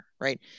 right